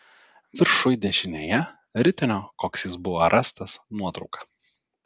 viršuj dešinėje ritinio koks jis buvo rastas nuotrauka